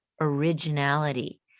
originality